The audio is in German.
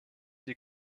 die